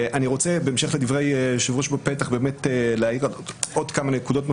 בהמשך לדברי היושב-ראש בפתח אני רוצה להעיד על עוד כמה נקודות נוספות.